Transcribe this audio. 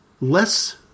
less